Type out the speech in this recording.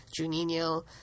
Juninho